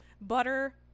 butter